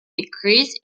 decrease